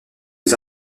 aux